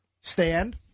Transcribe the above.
stand